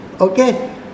Okay